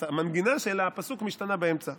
המנגינה של הפסוק משתנה באמצע.